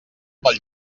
pel